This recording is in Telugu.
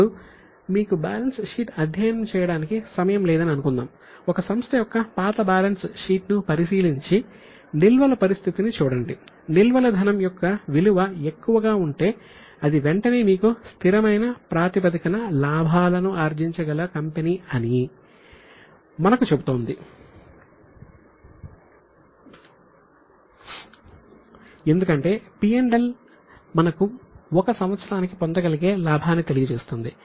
ఇప్పుడు మీకు బ్యాలెన్స్ షీట్ అధ్యయనం చేయడానికి సమయం లేదని అనుకుందాం ఒక సంస్థ యొక్క పాత బ్యాలెన్స్ షీట్ ను పరిశీలించి నిల్వల పరిస్థితిని చూడండి నిల్వల ధనం యొక్క విలువ ఎక్కువగా ఉంటే అది వెంటనే మీకు స్థిరమైన ప్రాతిపదికన లాభాలను ఆర్జించగల కంపెనీ అని అని మనకు చెబుతోంది ఎందుకంటే P L మనకు 1 సంవత్సరానికి పొందగలిగే లాభాన్ని తెలియజేస్తుంది